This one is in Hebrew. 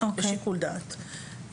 לשיקול דעת.